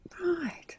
Right